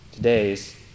todays